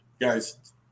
guys